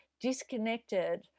disconnected